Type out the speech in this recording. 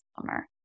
summer